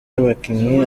y’abakinnyi